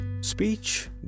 Speech